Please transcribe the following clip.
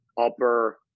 upper